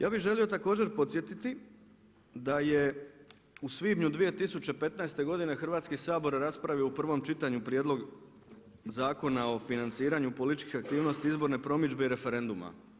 Ja bi želio također podsjetiti da je svibnju 2015. godine Hrvatski sabor raspravio u prvom čitanju prijedlog Zakona o financiranju političke aktivnosti i zborne promidžbe i referenduma.